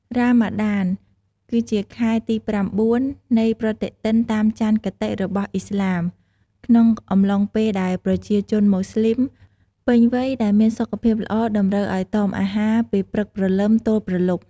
រ៉ាម៉ាដាន គឺជាខែទីប្រាំបួននៃប្រតិទិនតាមច័ន្ទគតិរបស់ឥស្លាម ក្នុងអំឡុងពេលដែលប្រជាជនម៉ូស្លីមពេញវ័យដែលមានសុខភាពល្អ តម្រូវឱ្យតមអាហារពីព្រឹកព្រលឹមទល់ព្រលប់។